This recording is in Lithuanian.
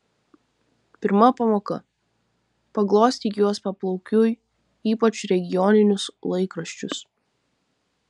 pirma pamoka paglostyk juos paplaukiui ypač regioninius laikraščius